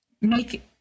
make